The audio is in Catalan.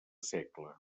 segle